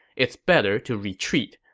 it's better to retreat.